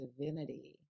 divinity